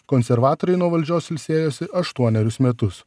konservatoriai nuo valdžios ilsėjosi aštuonerius metus